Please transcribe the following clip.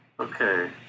Okay